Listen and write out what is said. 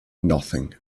nothing